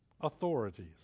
authorities